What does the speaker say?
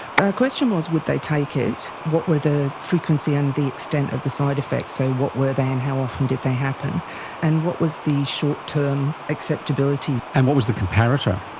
our question was would they take it, what were the frequency and the extent of the side effects, so what were they and how often did they happen and what was the short term acceptability? and what was the comparator?